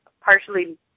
partially